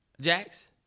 Jax